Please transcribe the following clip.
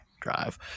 drive